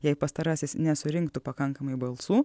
jei pastarasis nesurinktų pakankamai balsų